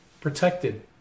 protected